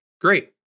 great